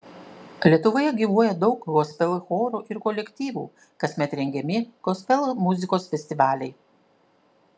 lietuvoje gyvuoja daug gospel chorų ir kolektyvų kasmet rengiami gospel muzikos festivaliai